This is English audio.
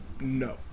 No